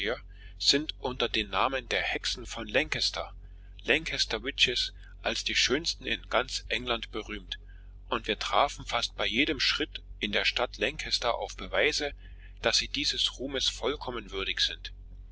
sind unter den namen der hexen von lancaster lancaster witches als die schönsten in ganz england berühmt und wir trafen fast bei jedem schritt in der stadt lancaster auf beweise daß sie dieses ruhms vollkommen würdig sind